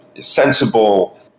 sensible